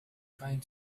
trying